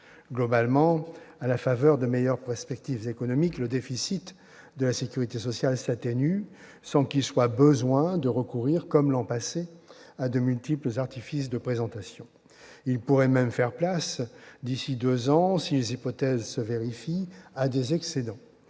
Globalement, à la faveur de meilleures perspectives économiques, le déficit de la sécurité sociale s'atténue, sans qu'il soit besoin de recourir, comme l'an passé, à de multiples artifices de présentation. Ce déficit pourrait même faire place, d'ici deux ans si les hypothèses se vérifient, à des excédents.